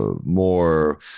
more